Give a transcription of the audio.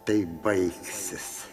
tai baigsis